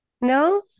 No